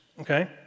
okay